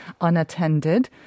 unattended